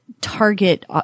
target